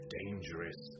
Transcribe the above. dangerous